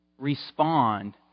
respond